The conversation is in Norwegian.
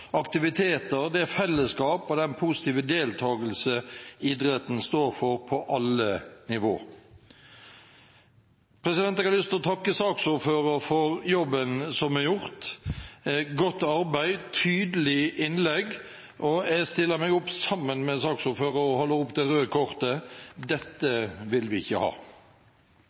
aktiviteter, det fellesskap og den positive deltakelse idretten står for på alle nivåer. Jeg har lyst til å takke saksordføreren for jobben som er gjort, godt arbeid, tydelig innlegg, og jeg stiller meg opp sammen med saksordføreren og holder oppe det røde kortet. Dette